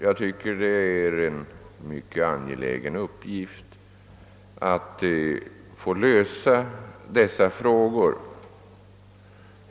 Jag tycker det är en mycket angelägen uppgift att lösa dessa problem.